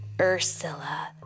Ursula